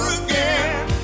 again